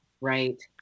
Right